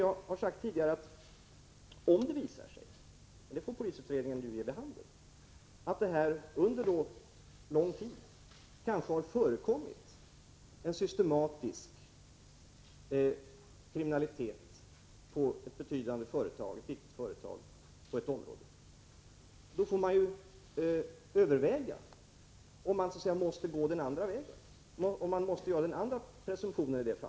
Jag har tidigare sagt, att om det framgår — det får polisutredningen visa — att det under lång tid kanske har förekommit en systematisk kriminalitet på ett viktigt företag inom ett område, får man överväga om man så att säga måste gå den andra vägen och i det fallet göra den andra presumtionen.